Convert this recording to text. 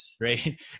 right